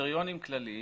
קריטריונים כלליים